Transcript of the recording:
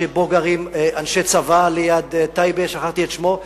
שבו גרים אנשי צבא, ליד טייבה, שכחתי את שמו,